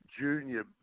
junior